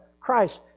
Christ